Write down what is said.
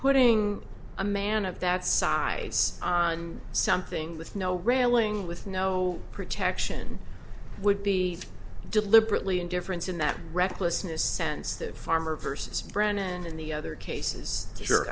putting a man of that size on something with no railing with no protection would be deliberately indifference in that recklessness sensitive farmer versus brennan in the other cases sure